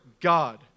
God